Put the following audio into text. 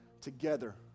together